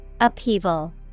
Upheaval